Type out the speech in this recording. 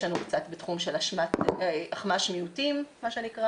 יש לנו קצת בתחום של אחמ"ש מיעוטים, מה שנקרא,